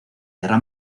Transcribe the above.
guerra